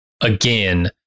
again